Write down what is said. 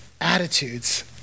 attitudes